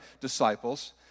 disciples